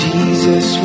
Jesus